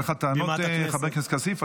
היו לך טענות, חבר הכנסת כסיף?